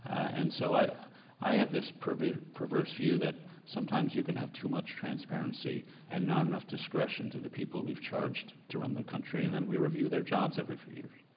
and so i i have this perverse perverse view that sometimes you can have too much transparency and not enough discretion to the people we've charged to run the country and then we review their jobs every few years.